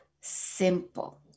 simple